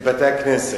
בתי-כנסת.